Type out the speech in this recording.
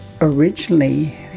originally